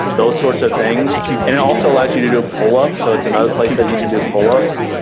those sorts of things and it also allows you to do pull-ups. so it's another place that you can do pull-ups.